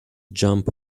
jump